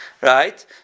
Right